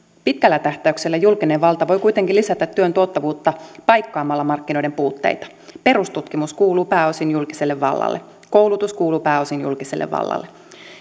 pitkällä tähtäyksellä julkinen valta voi kuitenkin lisätä työn tuottavuutta paikkaamalla markkinoiden puutteita perustutkimus kuuluu pääosin julkiselle vallalle koulutus kuuluu pääosin julkiselle vallalle